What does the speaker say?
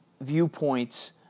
viewpoints